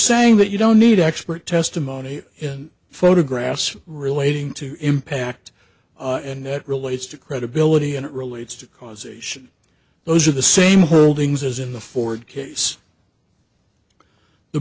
saying that you don't need expert testimony in photographs relating to impact and that relates to credibility and it relates to causation those are the same holdings as in the ford case the